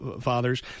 fathers